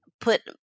put